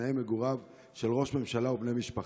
תנאי מגוריו של ראש ממשלה ובני משפחתו.